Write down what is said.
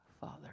father